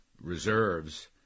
reserves